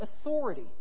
authority